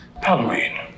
Halloween